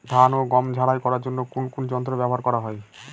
ধান ও গম ঝারাই করার জন্য কোন কোন যন্ত্র ব্যাবহার করা হয়?